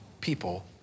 people